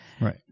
Right